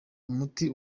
umuti